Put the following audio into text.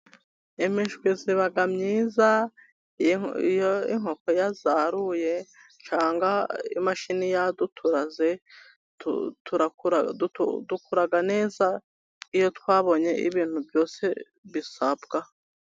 Imishwi iba myiza iyo inkoko ya zaruye cyangwa imashini yaduturaze dukura neza iyo twabonye ibintu byose bisabwa.